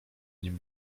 nim